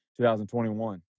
2021